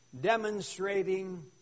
demonstrating